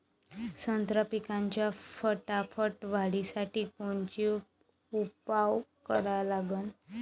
संत्रा पिकाच्या फटाफट वाढीसाठी कोनचे उपाव करा लागन?